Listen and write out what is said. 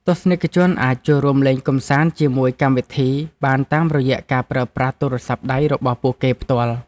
ទស្សនិកជនអាចចូលរួមលេងកម្សាន្តជាមួយកម្មវិធីបានតាមរយៈការប្រើប្រាស់ទូរស័ព្ទដៃរបស់ពួកគេផ្ទាល់។